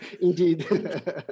Indeed